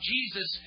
Jesus